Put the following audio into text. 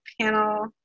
panel